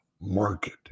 market